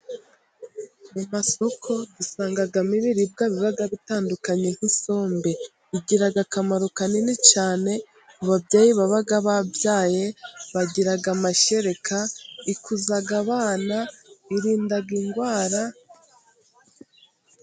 Mu masoko dusangamo ibiribwa biba bitandukanye nk'isombe igira akamaro kanini cyane nk'ababyeyi babyaye bagira amashereka. Ikuza abana irinda indwara.